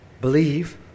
believe